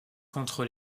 contre